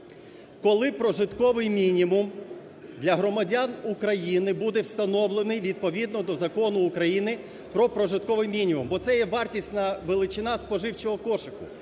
коли прожитковий мінімум для громадян України буде встановлений відповідно до Закону України про прожитковий мінімум? Бо це є вартісна величина споживчого кошику.